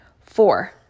Four